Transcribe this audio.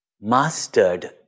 mastered